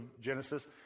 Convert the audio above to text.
Genesis